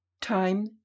Time